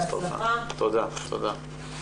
שלום רב.